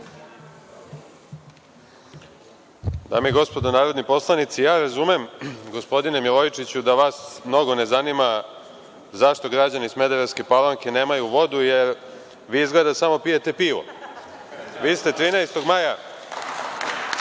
Dame i gospodo, narodni poslanici, ja razumem gospodine Milojičiću da vas mnogo ne zanima zašto građani Smederevske Palanke nemaju vodu, jer vi izgleda samo pijete pivo. Vi ste 13. maja